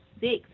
six